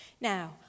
Now